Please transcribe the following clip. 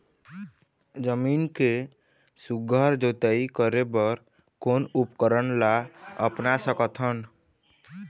जमीन के सुघ्घर जोताई करे बर कोन उपकरण ला अपना सकथन?